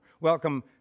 Welcome